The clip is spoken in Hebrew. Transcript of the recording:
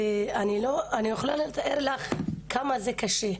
אני לא יכולה לתאר לך כמה זה קשה,